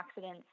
antioxidants